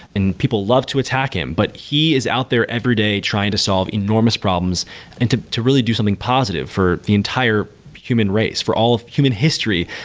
and people love to attack him. but he is out there every day trying to solve enormous problems and to to really do something positive for the entire human race, for all of human history.